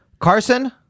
Carson